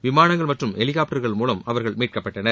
விமானங்கள் மற்றும் ஹெலிகாப்டர்கள் மூலம் அவர்கள் மீட்கப்பட்டனர்